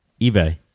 eBay